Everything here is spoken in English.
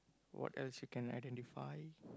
what else you can identify